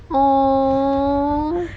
!aww!